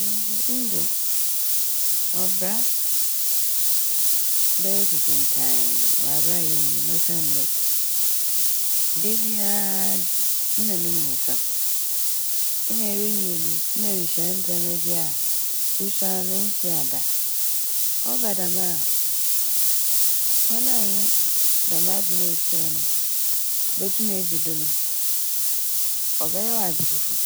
Nyew, ɔbra a bɛyɛ kokuntae wɔ aber a yerinyin osiandɛ dabia a d- na no mu nsɛm. Nna erinyin no nna erihyia ndzɛma bi a esuar no nnhyia da a. Ɔba dɛm a kwan a enye dɛm adze no ehyia no botum edzi do no ɔbɛyɛ wo adze fofor.